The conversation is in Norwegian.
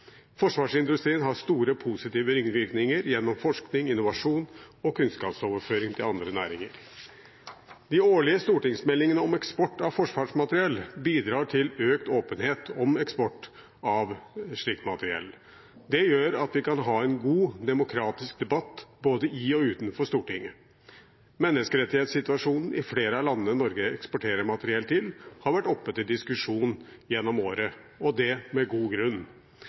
Forsvarsindustrien har store positive ringvirkninger gjennom forskning, innovasjon og kunnskapsoverføring til andre næringer. De årlige stortingsmeldingene om eksport av forsvarsmateriell bidrar til økt åpenhet om eksport av slikt materiell. Det gjør at vi kan ha en god demokratisk debatt både i og utenfor Stortinget. Menneskerettighetssituasjonen i flere av landene Norge eksporterer materiell til, har vært oppe til diskusjon gjennom året – og det med god grunn.